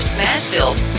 Smashville's